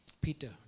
Peter